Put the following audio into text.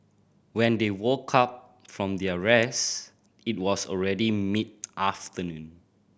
when they woke up from their rest it was already mid afternoon